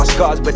cause but